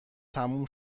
تموم